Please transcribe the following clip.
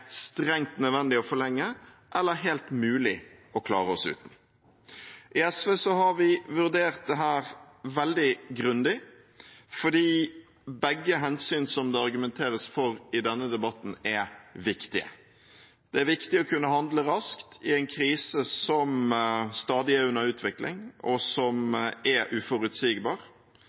strengt nødvendig å forlenge, eller om det er helt mulig å klare oss uten. I SV har vi vurdert dette veldig grundig, fordi begge hensyn som det argumenteres for i denne debatten, er viktige. Det er viktig å kunne handle raskt i en krise som stadig er under utvikling, og som er uforutsigbar.